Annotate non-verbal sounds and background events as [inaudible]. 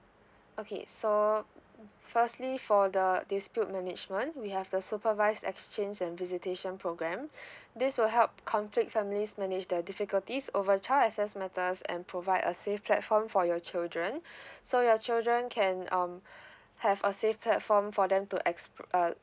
okay so firstly for the dispute management we have the supervised exchange and visitation program [breath] this will help conflict families manage the difficulties over child excess matters and provide a safe platform for your children [breath] so your children can um [breath] have a safe platform for them to expl~ uh